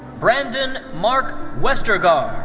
brandon mark westergard.